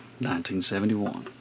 1971